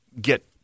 get